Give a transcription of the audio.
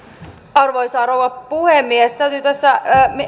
arvoisa rouva puhemies täytyy tässä